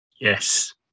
yes